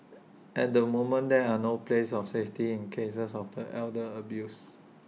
at the moment there are no places of safety in cases of the elder abuse